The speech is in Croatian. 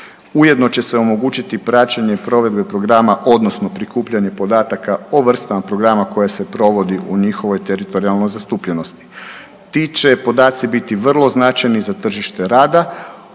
Ujedno će se omogućiti praćenje provedbe programa odnosno prikupljanje podataka o vrstama programa koje se provode u njihovoj teritorijalnoj zastupljenosti. Ti će podaci biti vrlo značajni za tržište rada,